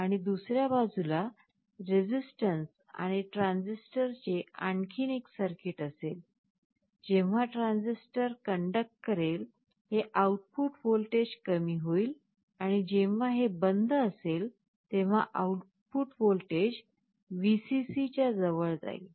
आणि दुसऱ्या बाजूला रेझिस्टन्स आणि ट्रान्झिस्टर चे आणखी एक सर्किट असेल जेव्हा ट्रांजिस्टर कंडकट करेल हे आउटपुट व्होल्टेज कमी होईल आणि जेव्हा हे बंद असेल तेव्हा आउटपुट व्होल्टेज Vccच्या जवळ जाईल